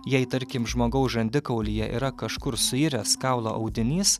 jei tarkim žmogaus žandikaulyje yra kažkur suiręs kaulo audinys